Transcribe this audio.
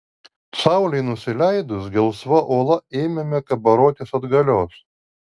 saulei nusileidus gelsva uola ėmėme kabarotis atgalios